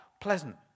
pleasant